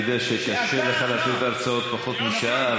אני יודע שקשה לך לתת הרצאות של פחות משעה,